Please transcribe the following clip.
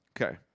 Okay